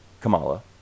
Kamala